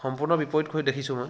সম্পূৰ্ণ বিপৰীত হৈ দেখিছোঁ মই